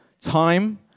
time